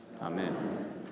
Amen